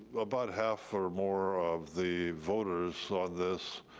about half or more of the voters on this,